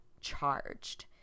charged